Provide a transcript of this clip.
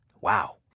Wow